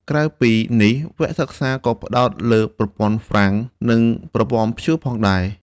ក្រៅពីនេះ វគ្គសិក្សាក៏ផ្តោតលើប្រព័ន្ធហ្វ្រាំងនិងប្រព័ន្ធព្យួរផងដែរ។